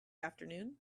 afternoon